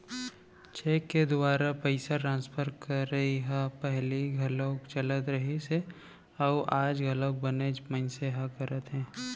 cheque के दुवारा पइसा ट्रांसफर करई ह पहिली घलौक चलत रहिस हे अउ आज घलौ बनेच मनसे ह करत हें